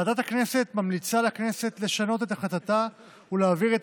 ועדת הכנסת ממליצה לכנסת לשנות את החלטתה ולהעביר את